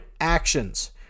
actions